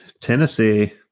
Tennessee